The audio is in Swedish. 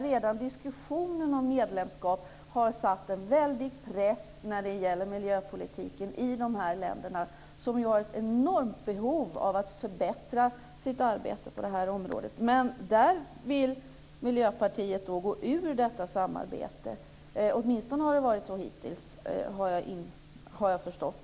Redan diskussionen om medlemskap har när det gäller miljöpolitiken åstadkommit en väldig press i de här länderna, som ju har ett enormt behov av att förbättra sitt arbete på det här området. Detta samarbete vill Miljöpartiet gå ur - åtminstone har det varit så hittills, har jag förstått.